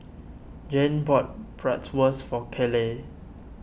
Jayne bought Bratwurst for Kayleigh